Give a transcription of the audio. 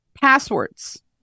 Passwords